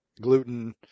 gluten